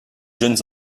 jeunes